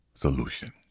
solution